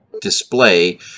display